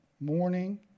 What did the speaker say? morning